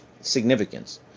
significance